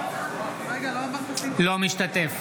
אינו משתתף